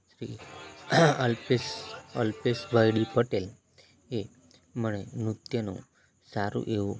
Shri Alpesh Alpesh bhai D Patel એ મને નૃત્યનું સારું એવું